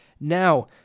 Now